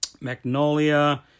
magnolia